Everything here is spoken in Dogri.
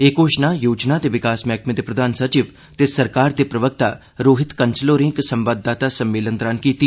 एह घोषणा योजना ते विकास मैहकमे दे प्रधान सचिव ते सरकार दे प्रवक्ता रोहित कंसल होरें इक संवाददाता सम्मेलन दौरान कीती